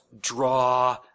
draw